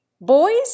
Boys